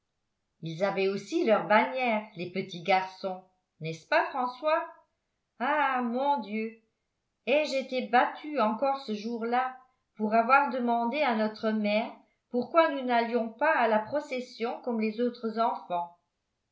ils avaient aussi leur bannière les petits garçons n'est-ce pas françois ah mon dieu ai-je été battue encore ce jour-là pour avoir demandé à notre mère pourquoi nous n'allions pas à la procession comme les autres enfants